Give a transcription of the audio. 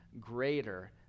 greater